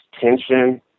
tension